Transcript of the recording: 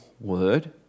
word